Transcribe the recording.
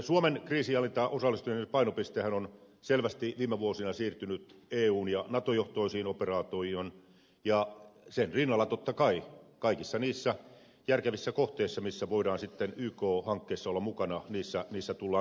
suomen kriisinhallintaan osallistumisen painopistehän on selvästi viime vuosina siirtynyt eu ja nato johtoisiin operaatioihin ja sen rinnalla totta kai kaikissa niissä järkevissä kohteissa missä voidaan sitten yk hankkeissa olla mukana tullaan olemaan